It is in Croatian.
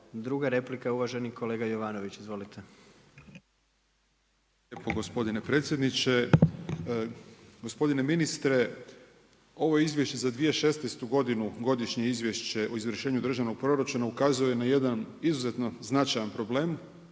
Druga replika uvaženi kolega Jovanović. Izvolite. **Jovanović, Željko (SDP)** Hvala lijepo gospodine predsjedniče. Gospodine ministre, ovo Izvješće za 2016. godinu Godišnje izvješće o izvršenju državnog proračuna ukazuje na jedan izuzetno značajan problem